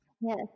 Yes